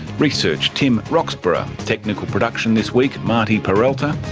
research tim roxburgh, technical production this week marty peralta,